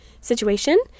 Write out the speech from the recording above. situation